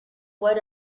what